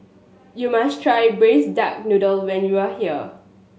you must try Braised Duck Noodle when you are here